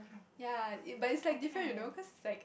ya it but it's like different you know cause it's like